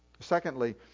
Secondly